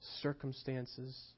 circumstances